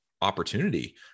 opportunity